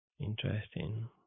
Interesting